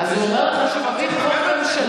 אז הוא אומר לך שהוא מביא חוק ממשלתי.